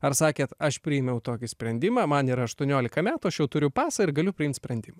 ar sakėt aš priėmiau tokį sprendimą man yra aštuoniolika metų aš jau turiu pasą ir galiu priimt sprendim